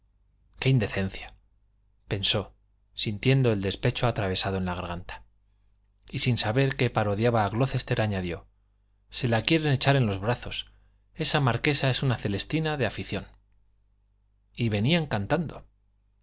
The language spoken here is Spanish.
qué indecencia pensó sintiendo el despecho atravesado en la garganta y sin saber que parodiaba a glocester añadió se la quieren echar en los brazos esa marquesa es una celestina de afición y venían cantando